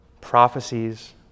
prophecies